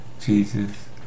Jesus